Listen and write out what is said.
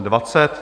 20.